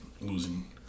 losing